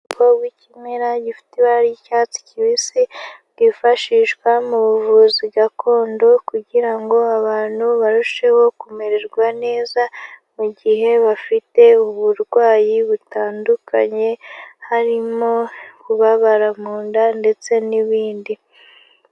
Ubwoko bw'ikimera gifite ibara ry'icyatsi kibisi bwifashishwa mu buvuzi gakondo kugira ngo abantu barusheho kumererwa neza mu gihe bafite uburwayi butandukanye, harimo kubabara mu nda ndetse n'ibindi.